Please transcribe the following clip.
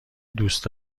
دوست